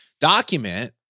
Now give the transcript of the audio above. document